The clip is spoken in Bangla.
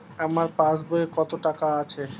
আমার পাস বইয়ে কত টাকা আছে?